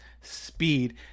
speed